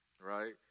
Right